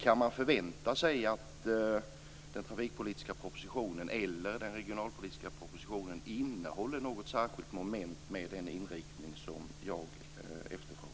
Kan man förvänta sig att den trafikpolitiska propositionen eller den regionalpolitiska propositionen innehåller något särskilt moment med den inriktning som jag efterfrågar?